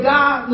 God